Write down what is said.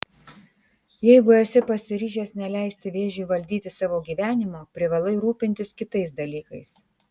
jeigu esi pasiryžęs neleisti vėžiui valdyti savo gyvenimo privalai rūpintis kitais dalykais